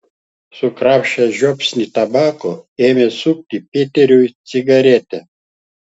sukrapštęs žiupsnį tabako ėmė sukti peteriui cigaretę